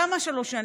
למה שלוש שנים?